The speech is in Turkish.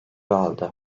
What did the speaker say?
aldı